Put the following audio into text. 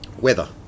weather